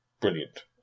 brilliant